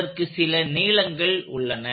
அதற்கு சில நீளங்கள் உள்ளன